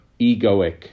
egoic